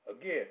Again